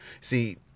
See